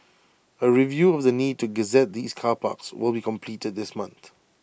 A review of the need to gazette these car parks will be completed this month